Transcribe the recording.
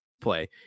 play